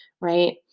right